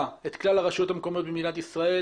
את כלל הרשויות המקומיות במדינת ישראל.